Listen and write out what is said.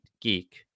geek